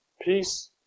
peace